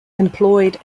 employed